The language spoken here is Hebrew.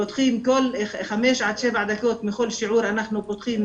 פותחים חמש עד שבע דקות בכל שיעור בקריאה,